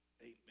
Amen